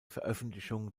veröffentlichung